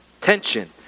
Tension